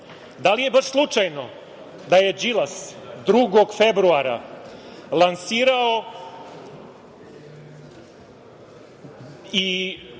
li je baš slučajno da je Đilas 2. februara lansirao i